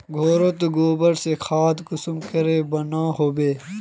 घोरोत गबर से खाद कुंसम के बनो होबे?